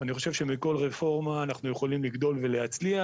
אני חושב שמכל רפורמה אנחנו יכולים לגדול ולהצליח,